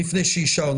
לפי הנתונים של היום.